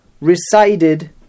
recited